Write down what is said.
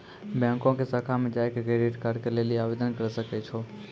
बैंको के शाखा मे जाय के क्रेडिट कार्ड के लेली आवेदन करे सकै छो